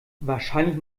wahrscheinlich